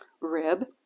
rib